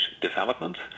development